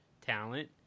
talent